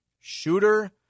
shooter